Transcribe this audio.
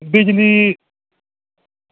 बिजली